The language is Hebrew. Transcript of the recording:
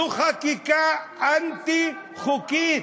זו חקיקה אנטי-חוקית.